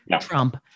Trump